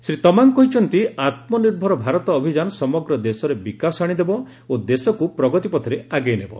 ଶ୍ରୀ ତମାଙ୍ଗ କହିଛନ୍ତି ଆତ୍କ ନିର୍ଭର ଭାରତ ଅଭିଯାନ ସମଗ୍ର ଦେଶରେ ବିକାଶ ଆଶିଦେବ ଓ ଦେଶକୁ ପ୍ରଗତି ପଥରେ ଆଗେଇ ନେବ